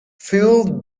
fueled